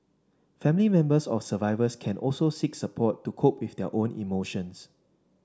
family members of survivors can also seek support to cope with their own emotions